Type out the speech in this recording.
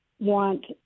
want